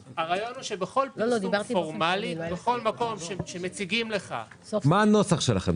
בכל פרסום פורמלי ובכל מקום שבו מציגים לך --- מה הנוסח שלכם?